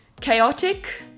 chaotic